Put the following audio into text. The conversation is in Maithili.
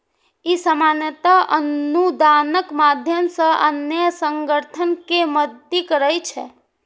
ई सामान्यतः अनुदानक माध्यम सं अन्य संगठन कें मदति करै छै